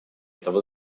этого